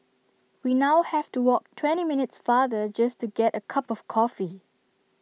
we now have to walk twenty minutes farther just to get A cup of coffee